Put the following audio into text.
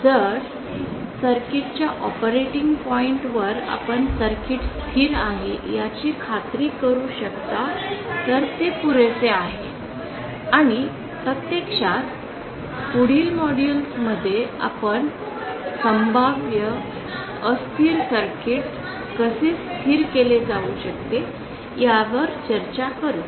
जर सर्किटच्या ऑपरेटिंग पॉईंटवर आपण सर्किट स्थिर आहे याची खात्री करू शकता तर ते पुरेसे आहे आणि प्रत्यक्षात पुढील मॉड्यूलमध्ये आपण संभाव्यअस्थिर सर्किट कसे स्थिर केले जाऊ शकते यावर चर्चा करू